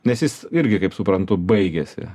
nes jis irgi kaip suprantu baigėsi